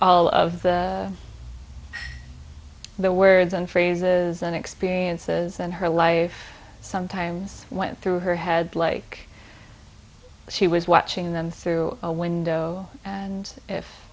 all of the words and phrases and experiences in her life sometimes went through her head like she was watching them through a window and if